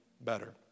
better